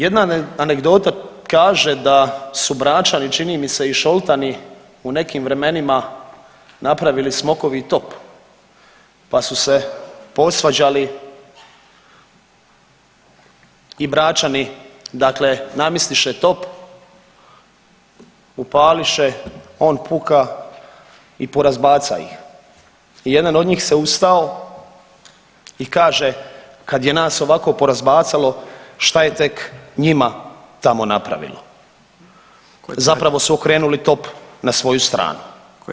Jedna anegdota kaže da su Bračani čini mi se i Šoltani u nekim vremenima napravili smokovi top, pa su se posvađali i Bračani dakle namistiše top, upališe, on puka i porazbaca ih i jedan od njih se ustao i kaže kad je nas ovako porazbacalo šta je tek njima tamo napravilo, zapravo su okrenuli top na svoju stranu [[Upadica Radin: Koji plaća dinamit od njih dvoje]] Da.